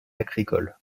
agricole